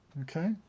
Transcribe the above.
Okay